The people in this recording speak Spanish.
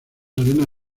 arena